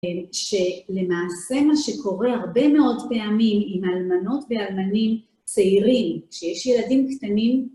שלמעשה מה שקורה הרבה מאוד פעמים עם אלמנות ואלמנים צעירים, שיש ילדים קטנים,